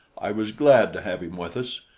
i was glad to have him with us,